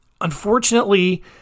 Unfortunately